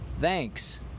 Thanks